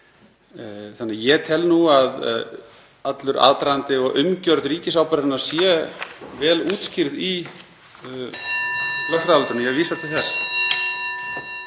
Þannig að ég tel nú að allur aðdragandi og umgjörð ríkisábyrgðarinnar sé vel útskýrð í lögfræðiálitinu. Ég vísa til þess.